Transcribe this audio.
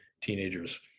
teenagers